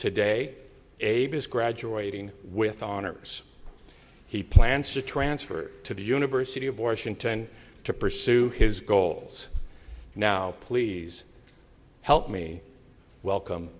is graduating with honors he plans to transfer to the university of washington to pursue his goals now please help me welcome